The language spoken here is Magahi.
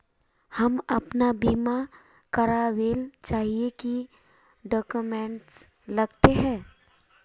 हम अपन बीमा करावेल चाहिए की की डक्यूमेंट्स लगते है?